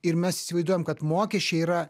ir mes įsivaizduojam kad mokesčiai yra